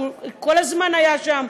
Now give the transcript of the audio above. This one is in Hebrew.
שכל הזמן היה שם.